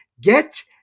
Get